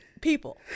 People